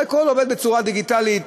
הכול עובר בצורה דיגיטלית,